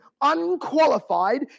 unqualified